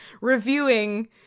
reviewing